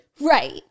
Right